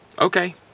Okay